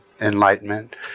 enlightenment